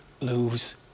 lose